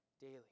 daily